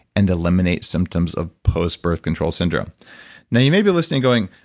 and eliminate symptoms of post-birth control syndrome now you may be listening going,